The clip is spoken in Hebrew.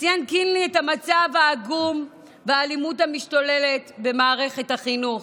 ציין קינלי את המצב העגום והאלימות המשתוללת במערכת החינוך.